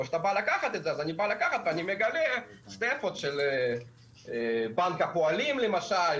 אז אני בא לקחת ואני מגלה מכתבים של בנק הפועלים למשל,